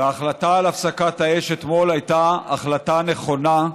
וההחלטה על הפסקת האש אתמול הייתה החלטה נכונה,